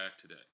today